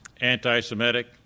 anti-Semitic